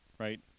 Right